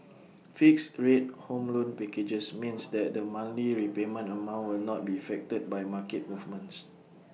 fixed rate home loan packages means that the monthly repayment amount will not be affected by market movements